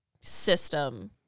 system